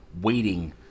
waiting